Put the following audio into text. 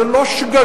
זה לא שגגה,